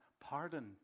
Pardon